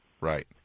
Right